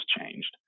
changed